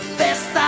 best